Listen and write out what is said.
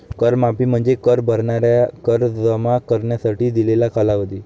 कर माफी म्हणजे कर भरणाऱ्यांना कर जमा करण्यासाठी दिलेला कालावधी